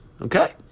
okay